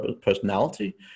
personality